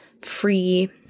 free